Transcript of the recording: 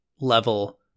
level